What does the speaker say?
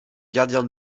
gardien